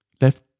left